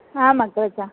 आम् अग्रज